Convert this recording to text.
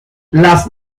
las